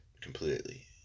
completely